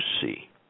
see